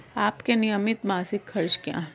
आपके नियमित मासिक खर्च क्या हैं?